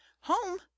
home